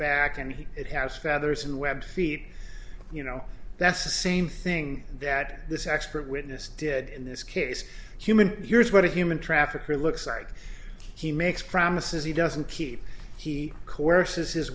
back and it has feathers and web feet you know that's the same thing that this expert witness did in this case human here's what a human traffickers looks like he makes promises he doesn't keep he coerces his